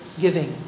giving